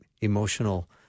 emotional